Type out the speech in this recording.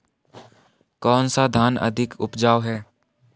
कौन सा धान अधिक उपजाऊ है?